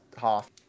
half